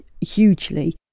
hugely